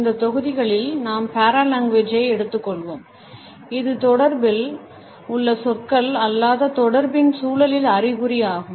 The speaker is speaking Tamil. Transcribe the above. இந்த தொகுதிகளில் நாம் Paralanguage ஐ எடுத்துக்கொள்வோம் இது தொடர்பில் உள்ள சொற்கள் அல்லாத தொடர்பின் சூழலில் அறிகுறி ஆகும்